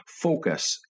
Focus